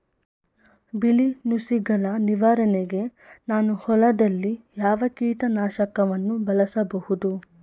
ಬಿಳಿ ನುಸಿಗಳ ನಿವಾರಣೆಗೆ ನಾನು ಹೊಲದಲ್ಲಿ ಯಾವ ಕೀಟ ನಾಶಕವನ್ನು ಬಳಸಬಹುದು?